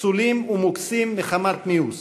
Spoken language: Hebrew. פסולים ומוקצים מחמת מיאוס,